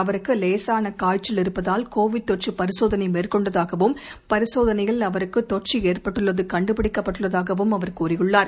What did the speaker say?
அவருக்கு லேசான காய்சசல் இருப்பதால் கோவிட் தொற்று பரிசோதனை மேற்கொண்டதாகவும் பரிசோதனையில் அவருக்கு தொற்று ஏற்பட்டுள்ளது கண்டுபிடிக்கப்பட்டுள்ளதாகவும் அவர் கூறியுள்ளார்